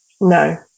no